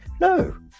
no